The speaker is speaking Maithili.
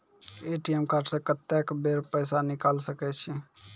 ए.टी.एम कार्ड से कत्तेक बेर पैसा निकाल सके छी?